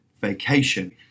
vacation